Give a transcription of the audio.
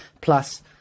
Plus